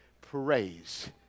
praise